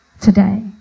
today